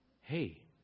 hey